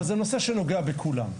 אבל זה נושא שנוגע בכולם.